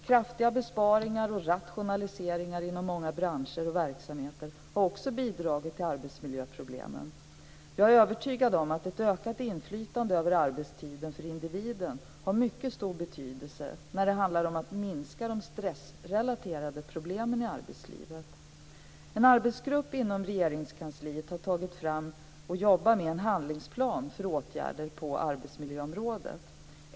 Kraftiga besparingar och rationaliseringar inom många branscher och verksamheter har också bidragit till arbetsmiljöproblemen. Jag är övertygad om att ett ökat inflytande över arbetstiden för individen har mycket stor betydelse när det handlar om att minska de stressrelaterade problemen i arbetslivet. En arbetsgrupp inom Regeringskansliet har tagit fram och jobbar med en handlingsplan för åtgärder på arbetsmiljöområdet.